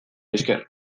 esker